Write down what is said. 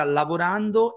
lavorando